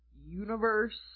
universe